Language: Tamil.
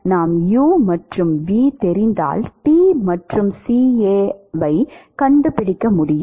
நாம் u மற்றும் v தெரிந்தால் T மற்றும் CA ஐக் கண்டுபிடிக்க முடியும்